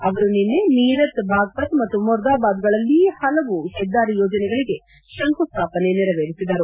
ಅವರು ನಿನ್ನೆ ಮೀರತ್ ಬಾಗಪತ್ ಮತ್ತು ಮೊರ್ದಾಬಾದ್ಗಳಲ್ಲಿ ಹಲವು ಹೆದ್ದಾರಿ ಯೋಜನೆಗಳಿಗೆ ಶಂಕುಸ್ವಾಪನೆ ನೆರವೇರಿಸಿದರು